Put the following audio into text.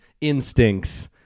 instincts